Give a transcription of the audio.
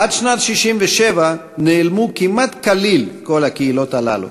עד שנת 1967 נעלמו כמעט כליל כל הקהילות הללו.